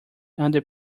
under